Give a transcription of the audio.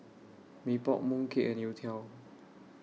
Mee Pok Mooncake and Youtiao